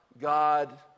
God